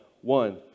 one